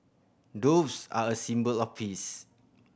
doves are a symbol of peace